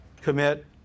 commit